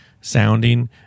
sounding